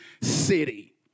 city